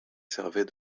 servait